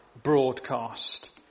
broadcast